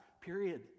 period